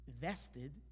vested